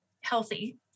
healthy